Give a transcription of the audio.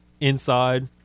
inside